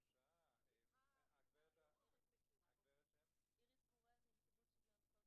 הילה רענן, הלשכה המשפטית של משרד